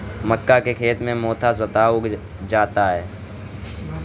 मक्का के खेत में मोथा स्वतः उग जाता है